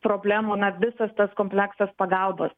problemų na visas tas kompleksas pagalbos